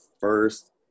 first